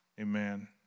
Amen